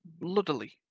bloodily